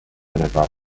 nevada